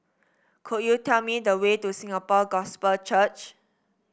could you tell me the way to Singapore Gospel Church